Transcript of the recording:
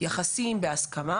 יחסים בהסכמה